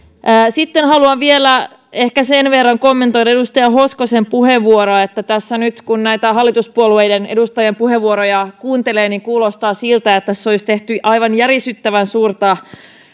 sitten haluan vielä ehkä sen verran kommentoida edustaja hoskosen puheenvuoroa että kun tässä nyt näitä hallituspuolueiden edustajien puheenvuoroja kuuntelee niin kuulostaa siltä että tässä olisi tehty aivan järisyttävän suurta